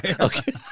Okay